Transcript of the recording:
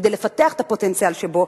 כדי לפתח את הפוטנציאל שבו,